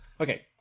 Okay